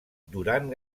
durant